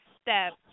step